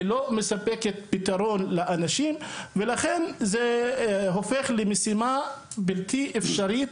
של מספקת פתרון לאנשים ולכן זה הופך למשימה בלתי אפשרית